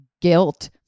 guilt